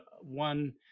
one